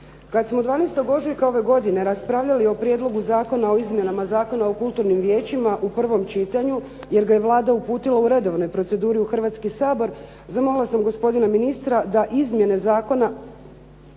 Kad smo 12. ožujka ove godine raspravljali o Prijedlogu zakona o izmjenama Zakona o kulturnim vijećima u prvom čitanju jer ga je Vlada uputila u redovnoj proceduri u Hrvatski sabor, zamolila sam gospodina ministra da izmjene zakona